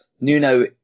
Nuno